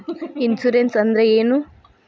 Insurance ಅಂದ್ರ ಏನು?